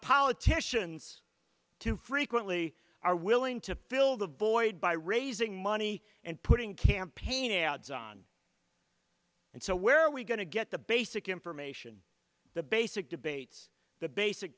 politicians too frequently are willing to fill the void by raising money and putting campaign ads on and so where are we going to get the basic information the basic debates the basic